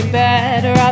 better